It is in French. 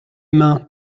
mains